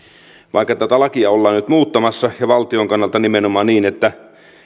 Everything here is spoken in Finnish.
vaikka tätä lakia ollaan nyt muuttamassa ja valtion kannalta nimenomaan niin että